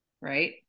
right